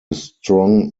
strong